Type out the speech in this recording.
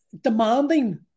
demanding